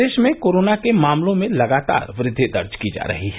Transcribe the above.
प्रदेश में कोरोना के मामलों में लगातार वृद्वि दर्ज की जा रही है